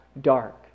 dark